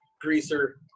greaser